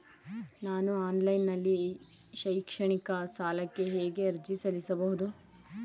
ನಾನು ಆನ್ಲೈನ್ ನಲ್ಲಿ ಶೈಕ್ಷಣಿಕ ಸಾಲಕ್ಕೆ ಹೇಗೆ ಅರ್ಜಿ ಸಲ್ಲಿಸಬಹುದು?